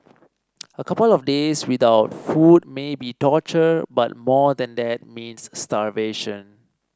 a couple of days without food may be torture but more than that means starvation